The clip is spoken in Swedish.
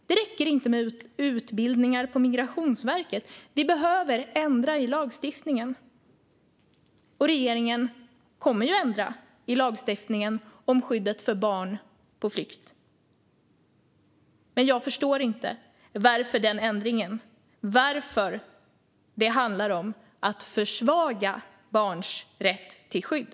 Det räcker inte med utbildningar på Migrationsverket. Vi behöver ändra i lagstiftningen. Regeringen kommer ju att ändra i lagstiftningen om skyddet för barn på flykt, men jag förstår inte varför den ändringen handlar om att försvaga barns rätt till skydd.